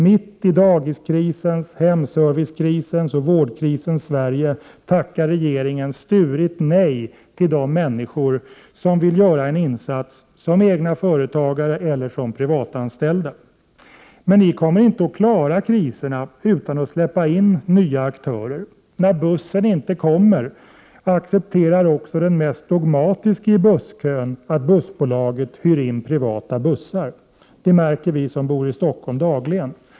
Mitt i dagiskrisens, hemservicekrisens och vårdkrisens Sverige tackar regeringen sturigt nej till de människor som vill göra en insats som egna företagare eller som privatanställda. 55 Men ni kommer inte att klara kriserna utan att släppa in nya aktörer. När bussen inte kommer accepterar också den mest dogmatiske i busskön att bussbolaget hyr in privata bussar. Det märker vi dagligen som bor i Stockholm.